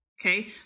Okay